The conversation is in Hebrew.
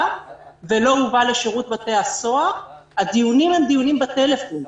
ולא הובא לשירות בתי הסוהר הדיונים איתו הם בטלפון.